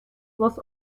was